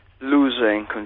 losing